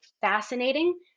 fascinating